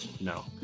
No